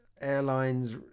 Airlines